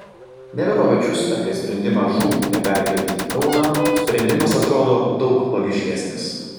neverovičius apie sprendimą žūm neperkelti į kauną sprendimas atrodo daug logiškesnis